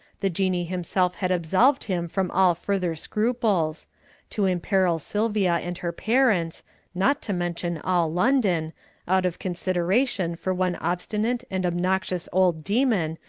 the jinnee himself had absolved him from all further scruples to imperil sylvia and her parents not to mention all london out of consideration for one obstinate and obnoxious old demon,